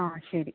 ആ ശരി